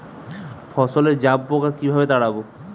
ফসলে জাবপোকা কিভাবে তাড়াব?